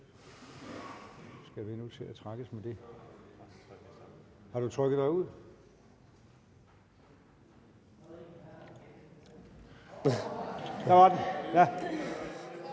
Det var det,